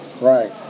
Right